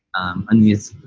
um and yes,